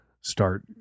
start